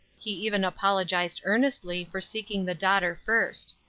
he even apologized earnestly for seeking the daughter first.